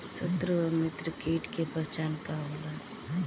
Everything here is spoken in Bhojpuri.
सत्रु व मित्र कीट के पहचान का होला?